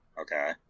Okay